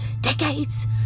decades